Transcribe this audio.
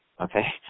okay